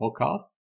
Podcast